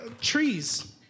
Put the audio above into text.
trees